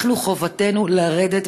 אנחנו, חובתנו לרדת